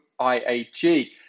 IAG